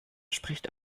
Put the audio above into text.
spricht